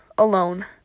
alone